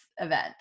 event